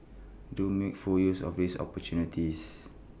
do make full use of these opportunities